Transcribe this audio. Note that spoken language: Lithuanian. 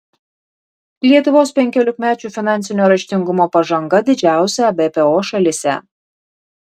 lietuvos penkiolikmečių finansinio raštingumo pažanga didžiausia ebpo šalyse